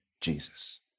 Jesus